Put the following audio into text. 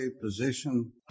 position